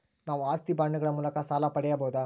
ನಾವು ಆಸ್ತಿ ಬಾಂಡುಗಳ ಮೂಲಕ ಸಾಲ ಪಡೆಯಬಹುದಾ?